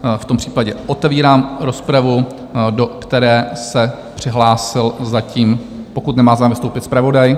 V tom případě otevírám rozpravu, do které se přihlásil zatím pokud nemá zájem vystoupit zpravodaj?